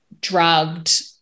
drugged